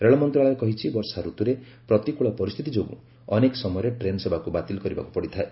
ରେଳ ମନ୍ତ୍ରଣାଳୟ କହିଛି ବର୍ଷାଋତୁରେ ପ୍ରତିକୂଳ ପରିସ୍ଥିତି ଯୋଗୁଁ ଅନେକ ସମୟରେ ଟ୍ରେନ୍ ସେବାକୁ ବାତିଲ କରିବାକୁ ପଡ଼ିଥାଏ